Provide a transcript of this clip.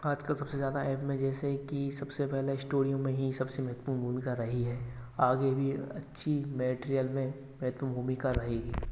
आज कल सबसे ज्यादा एप में जैसे की सबसे पहले स्टूडियो में ही सबसे महत्वपूर्ण भूमिका रही है आगे भी अच्छी मैटेरियल में महत्वपूर्ण भूमिका रहेगी